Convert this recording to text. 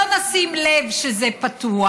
לא נשים לב שזה פתוח.